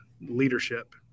leadership